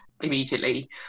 immediately